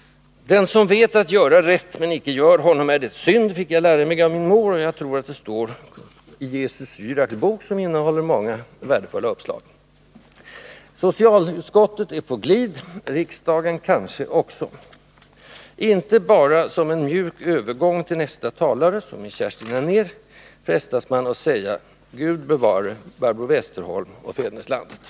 Den som vet att göra rätt men icke gör, honom är det synd, fick jag lära mig av min mor. Jag tror att det står i Jesu Syraks bok, som innehåller många tänkvärda förmaningar. Socialutskottet är på glid, riksdagen kanske också. Inte bara som en mjuk övergång till nästa talare, som är Kerstin Anér, frestas man att säga: Gud bevare Barbro Westerholm och fäderneslandet!